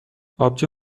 آبجو